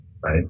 right